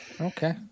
okay